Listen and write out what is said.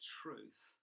truth